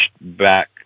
back